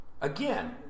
Again